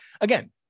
again